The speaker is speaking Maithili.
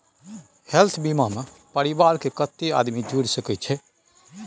हेल्थ बीमा मे परिवार के कत्ते आदमी जुर सके छै?